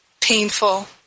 painful